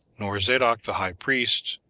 nor zadok the high priest,